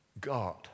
God